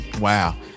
Wow